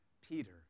Peter